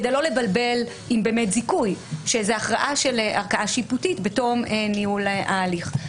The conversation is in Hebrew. כדי לא לבלבל עם זיכוי שזו הכרעה של ערכאה שיפוטית בתום ניהול ההליך.